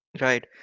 right